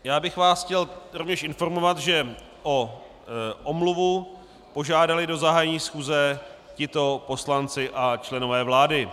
Já bych vás chtěl rovněž informovat, že o omluvu požádali do zahájení schůze tito poslanci a členové vlády.